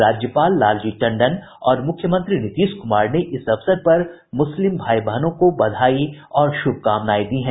राज्यपाल लालजी टंडन और मुख्यमंत्री नीतीश कुमार ने इस अवसर पर मुस्लिम भाई बहनों को बधाई और शुभकामनाएं दी है